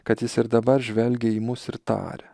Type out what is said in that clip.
kad jis ir dabar žvelgia į mus ir taria